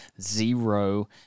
zero